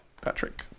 Patrick